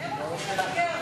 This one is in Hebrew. הם הולכים למגר.